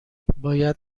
باید